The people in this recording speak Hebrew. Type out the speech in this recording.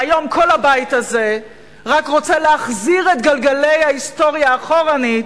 והיום כל הבית הזה רק רוצה להחזיר את גלגלי ההיסטוריה אחורנית,